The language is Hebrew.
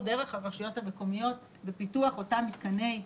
הנושא הזה סופר חשוב, סביבה, הגנת הסביבה,